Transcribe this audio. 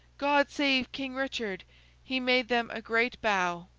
god save king richard he made them a great bow,